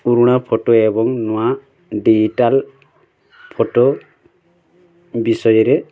ପୁରୁଣା ଫଟୋ ଏବଂ ନୂଆ ଡିଜିଟାଲ୍ ଫଟୋ ବିଷୟରେ